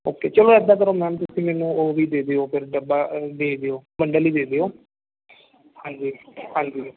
okay ਚੱਲੋ ਇੱਦਾਂ ਕਰੋ ਮੈਮ ਤੁਸੀਂ ਮੈਨੂੰ ਉਹ ਵੀ ਦੇ ਦਿਓ ਫਿਰ ਡੱਬਾ ਦੇ ਦਿਓ ਬੰਡਲ ਹੀ ਦੇ ਦਿਓ ਹਾਂਜੀ ਹਾਂਜੀ